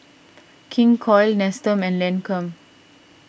King Koil Nestum and Lancome